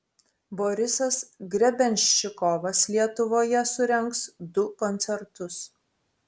borisas grebenščikovas lietuvoje surengs du koncertus